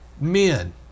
men